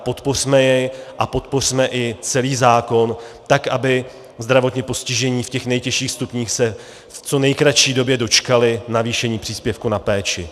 Podpořme jej a podpořme i celý zákon tak, aby zdravotně postižení v těch nejtěžších stupních se v co nejkratší době dočkali navýšení příspěvku na péči.